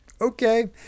Okay